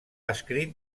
escrit